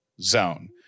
zone